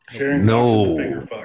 No